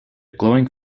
glowing